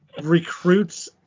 recruits